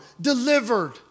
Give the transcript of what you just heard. delivered